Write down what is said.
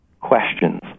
questions